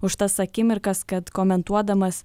už tas akimirkas kad komentuodamas